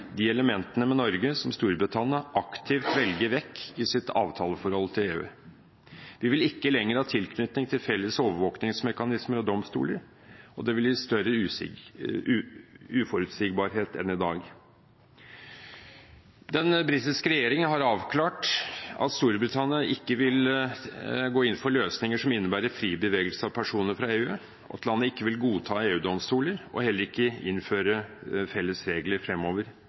de elementene med Norge som Storbritannia aktivt velger vekk i sitt avtaleforhold til EU. Vi vil ikke lenger ha tilknytning til felles overvåkingsmekanismer og domstoler, og det vil gi større uforutsigbarhet enn i dag. Den britiske regjeringen har avklart at Storbritannia ikke vil gå inn for løsninger som innebærer fri bevegelse av personer fra EU, og at landet ikke vil godta EU-domstoler og heller ikke innføre felles regler fremover.